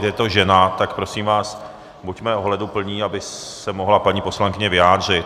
Je to žena, tak prosím vás buďme ohleduplní, aby se mohla paní poslankyně vyjádřit.